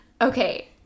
Okay